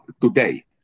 today